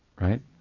right